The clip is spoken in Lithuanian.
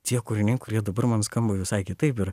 tie kūriniai kurie dabar man skamba visai kitaip ir